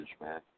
man